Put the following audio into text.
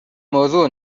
موضوع